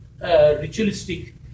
ritualistic